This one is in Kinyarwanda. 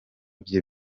bye